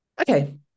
Okay